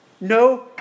No